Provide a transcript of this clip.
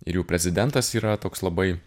ir jų prezidentas yra toks labai